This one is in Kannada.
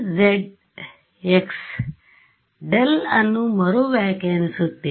ಡೆಲ್ ಅನ್ನು ಮರು ವ್ಯಾಖ್ಯಾನಿಸುತ್ತೇನೆ